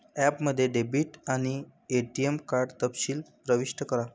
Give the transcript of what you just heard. ॲपमध्ये डेबिट आणि ATM card तपशील प्रविष्ट करा